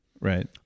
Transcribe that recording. right